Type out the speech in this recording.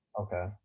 okay